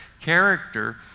character